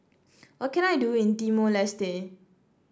what can I do in Timor Leste